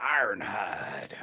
Ironhide